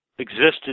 existed